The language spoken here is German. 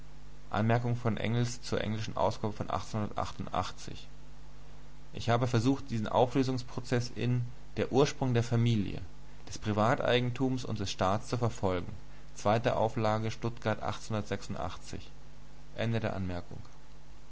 ich habe versucht diesen auflösungsprozeß in der ursprung der familie des privateigenthums und des staates zu verfolgen